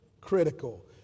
critical